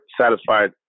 satisfied